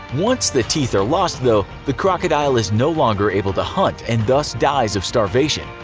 once the teeth are lost though, the crocodile is no longer able to hunt and thus dies of starvation.